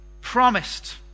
promised